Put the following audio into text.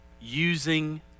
using